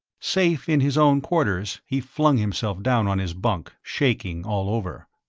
safe in his own quarters, he flung himself down on his bunk, shaking all over.